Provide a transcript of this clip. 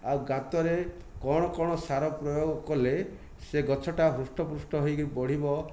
ଆଉ ଗାତରେ କ'ଣ କ'ଣ ସାର ପ୍ରୟୋଗ କଲେ ସେ ଗଛଟା ହୃଷ୍ଟପୃଷ୍ଟ ହୋଇକି ବଢ଼ିବ